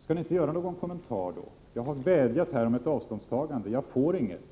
skall ni inte göra någon kommentar då? Jag har vädjat om ett avståndstagande, men det görs inget sådant.